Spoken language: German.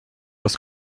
das